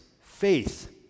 faith